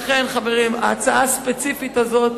לכן, חברים, ההצעה הספציפית הזאת,